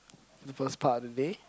the first part of the day